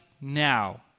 now